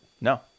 No